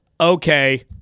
Okay